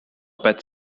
pet